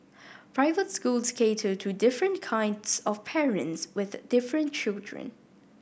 private schools cater to different kinds of parents with different children